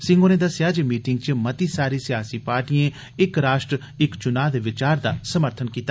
सिंह होरें दस्सेआ जे मीटिंग च मती सारी सियासी पार्टिएं 'इक राश्ट्र इक चुनां' दे विचार दा समर्थन कीता